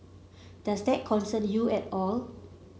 does that concern you at all